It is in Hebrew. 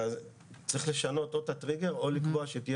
צריך לשנות או את הטריגר או לקבוע שתהיה